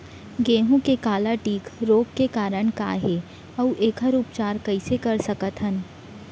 गेहूँ के काला टिक रोग के कारण का हे अऊ एखर उपचार कइसे कर सकत हन?